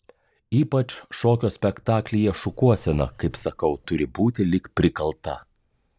ypač šokio spektaklyje šukuosena kaip sakau turi būti lyg prikalta